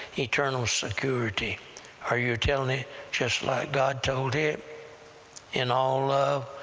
eternal security are you telling it just like god told it in all love,